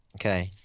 Okay